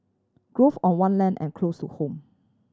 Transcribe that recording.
on one land and close to home